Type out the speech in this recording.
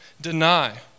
deny